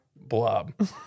blob